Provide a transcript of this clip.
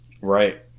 Right